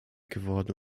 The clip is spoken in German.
geworden